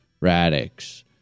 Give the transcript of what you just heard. Radix